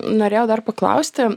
norėjau dar paklausti